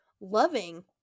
loving